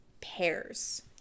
pairs